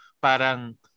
parang